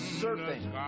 surfing